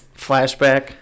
flashback